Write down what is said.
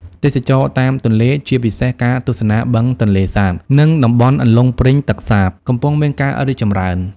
ទេសចរណ៍តាមទន្លេ ជាពិសេសការទស្សនាបឹងទន្លេសាប និងតំបន់អន្លង់ព្រីងទឹកសាប កំពុងមានការរីកចម្រើន។